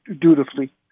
dutifully